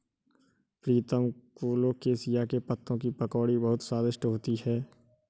प्रीतम colocasia के पत्तों की पकौड़ी बहुत स्वादिष्ट होती है